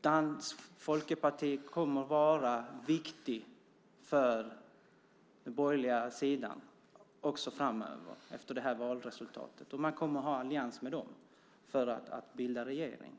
Dansk folkeparti kommer även framöver, efter det senaste valet, att vara viktigt för den borgerliga sidan. De kommer att gå i allians med dem för att kunna bilda regering.